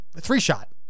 three-shot